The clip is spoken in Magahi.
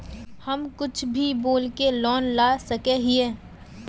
हम कुछ भी बोल के लोन ला सके हिये?